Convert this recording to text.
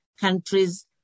countries